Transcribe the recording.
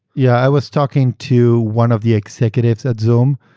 yeah i was talking to one of the executives at zoom.